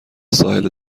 ساحل